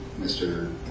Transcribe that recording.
Mr